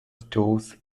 stores